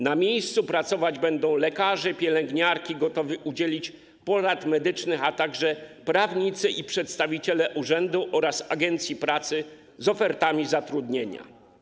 Na miejscu będą pracować lekarze i pielęgniarki gotowi udzielić porad medycznych, a także prawnicy i przedstawiciele urzędu oraz agencji pracy z ofertami zatrudnienia.